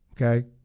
Okay